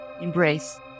embrace